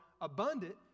abundant